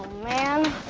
man.